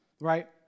right